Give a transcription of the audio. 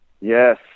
Yes